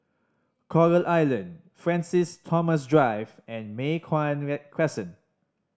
Coral Island Francis Thomas Drive and Mei Hwan Crescent